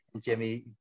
Jimmy